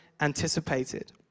anticipated